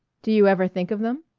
do you ever think of them?